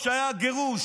כשהיה הגירוש,